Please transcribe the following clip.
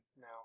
now